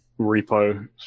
repo